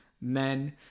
men